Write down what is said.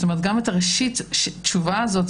גם את ראשית התשובה הזאת,